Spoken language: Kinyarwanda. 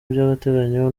by’agateganyo